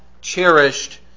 cherished